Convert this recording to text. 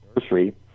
nursery